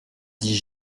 dis